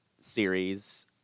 series